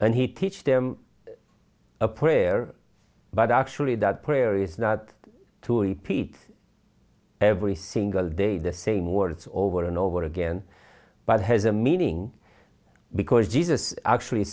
and he teach them a prayer but actually that prayer is not to repeat every single day the same words over and over again but has a meaning because jesus actually